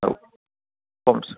ഓഹ് കുറച്ച്